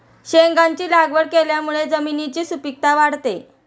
शेंगांची लागवड केल्यामुळे जमिनीची सुपीकता वाढते